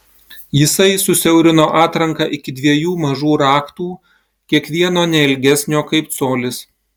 jisai susiaurino atranką iki dviejų mažų raktų kiekvieno ne ilgesnio kaip colis